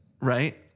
right